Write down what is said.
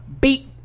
beat